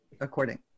according